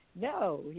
No